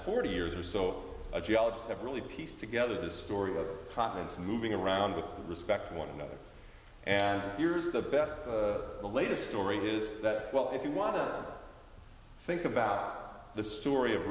forty years or so a geologist have really piece together the story of continents moving around with respect one another and here's the best the latest story is that well if you want to think about the story of